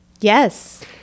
Yes